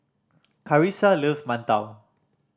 Karissa loves mantou